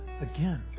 again